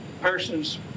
persons